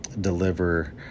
deliver